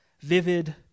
vivid